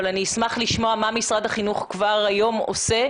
אני אשמח לשמוע מה משרד החינוך עושה כבר היום.